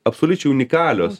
absoliučiai unikalios